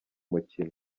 mukino